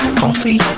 coffee